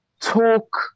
talk